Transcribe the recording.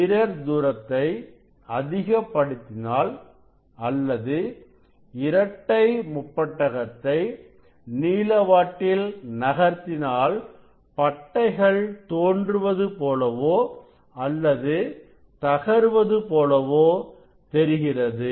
mirror தூரத்தை அதிகப்படுத்தினால் அல்லது இரட்டைமுப்பட்டகத்தை நீளவாட்டில் நகர்த்தினாள் பட்டைகள் தோன்றுவது போலவோ அல்லது தகருவது போலவோ தெரிகிறது